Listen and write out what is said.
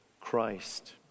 Christ